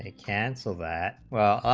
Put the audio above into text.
ah cancel that well,